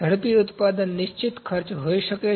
ઝડપી ઉત્પાદન નિશ્ચિત ખર્ચ હોઈ શકે છે